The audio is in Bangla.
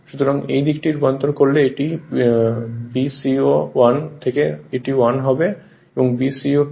সুতরাং এই দিকটি রূপান্তর করলে এটি beco1 থেকে 1 হবে এটি becoI2 I2a হবে